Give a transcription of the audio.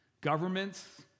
governments